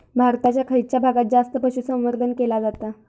भारताच्या खयच्या भागात जास्त पशुसंवर्धन केला जाता?